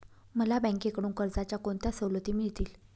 मला बँकेकडून कर्जाच्या कोणत्या सवलती मिळतील?